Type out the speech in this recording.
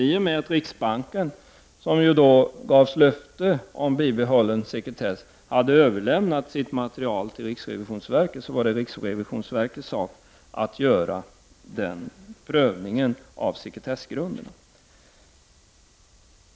I och med att riksbanken, som gavs löfte om bibe hållen sekretess, hade överlämnat sitt material till riksrevisionsverket, så var det riksrevisionsverkets sak att göra denna prövning av sekretessfrågorna.